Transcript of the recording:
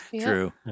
True